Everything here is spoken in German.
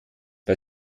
bei